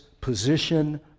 position